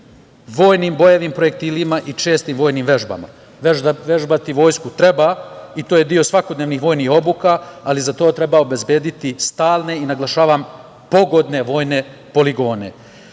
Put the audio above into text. vojnim bojevim projektilima i čestim vojnim vežbama. Vežbati vojsku treba, i to je deo svakodnevnih vojnih obuka, ali za to treba obezbediti stalne i, naglašavam, pogodne vojne poligone.